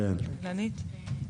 אילנית?